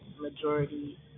majority